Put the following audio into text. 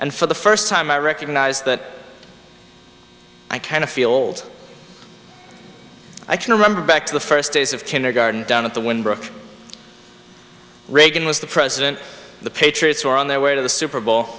and for the first time i recognized that i kind of feel old i can remember back to the first days of kindergarten down at the when reagan was the president the patriots were on their way to the super bowl